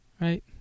Right